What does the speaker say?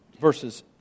verses